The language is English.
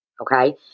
okay